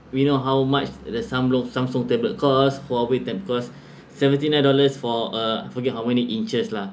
we know how much the samsu~ samsung tablet cost huawei tablet cost seventy nine dollars for a forget how many inches lah